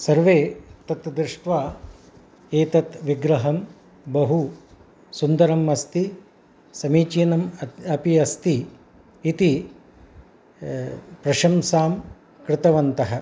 सर्वे तत् दृष्ट्वा एतत् विग्रहं बहुसुन्दरमस्ति समीचीनम् अपि अस्ति इति प्रशंसां कृतवन्तः